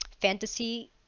fantasy